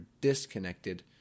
disconnected